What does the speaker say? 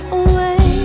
away